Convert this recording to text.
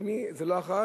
זה לא עלי.